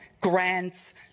grants